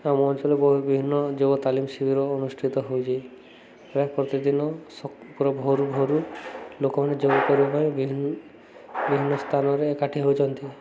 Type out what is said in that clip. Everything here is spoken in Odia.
ଆମ ଅଞ୍ଚଳରେ ବହୁ ବିଭିନ୍ନ ଯୋଗ ତାଲିମ ଶିବିର ଅନୁଷ୍ଠିତ ହେଉଛି ପ୍ରାୟ ପ୍ରତିଦିନ ଭୋରୁ ଭୋରୁ ଲୋକମାନେ ଯୋଗ କରିବା ପାଇଁ ବିଭିନ୍ନ ସ୍ଥାନରେ ଏକାଠି ହେଉଛନ୍ତି